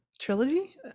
trilogy